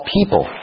people